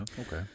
okay